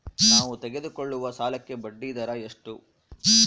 ನಾವು ತೆಗೆದುಕೊಳ್ಳುವ ಸಾಲಕ್ಕೆ ಬಡ್ಡಿದರ ಎಷ್ಟು?